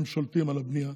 הם שולטים על הבנייה.